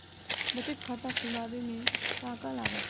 बचत खाता खुला बे में का का लागत?